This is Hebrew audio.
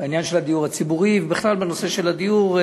בעניין הדיור הציבורי ובכלל בנושא הדיור.